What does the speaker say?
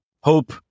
hope